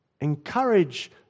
Encourage